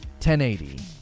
1080